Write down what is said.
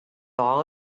all